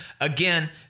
again